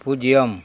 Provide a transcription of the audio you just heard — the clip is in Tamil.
பூஜ்ஜியம்